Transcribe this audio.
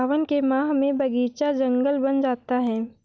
सावन के माह में बगीचा जंगल बन जाता है